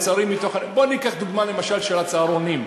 בוא ניקח דוגמה, למשל, של הצהרונים,